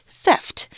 theft